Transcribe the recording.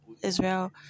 Israel